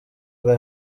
ari